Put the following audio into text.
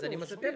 אני מסביר.